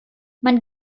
man